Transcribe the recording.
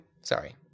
Sorry